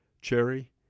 Cherry